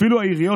אפילו העיריות,